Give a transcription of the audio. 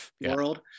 world